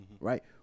Right